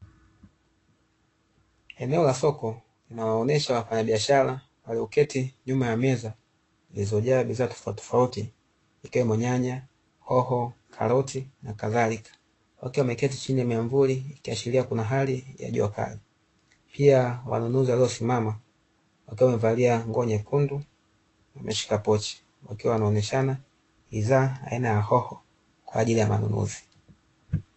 Eneo la soko linawaonesha wafanyabiashara walioketi nyuma ya meza zilizojaa bidhaa tofautitofauti ikiwemo: nyanya, hoho, karoti na kadhalika. Wakiwa wameketi chini ya miamvuli ikiashiria kuna hali ya jua kali. Pia wanunuzi waliosimama wakiwa wamevalia nguo nyekundu, wameshika pochi wakiwa wanaonyeshana bidhaa aina ya hoho, kwa ajili ya manunuzi.